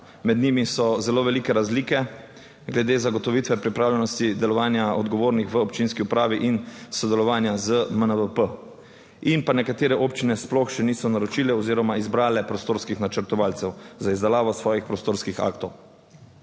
(VP) 10.45 (nadaljevanje) glede zagotovitve pripravljenosti delovanja odgovornih v občinski upravi in sodelovanja z MNVP. In pa nekatere občine sploh še niso naročile oziroma izbrale prostorskih načrtovalcev za izdelavo svojih prostorskih aktov.